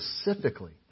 specifically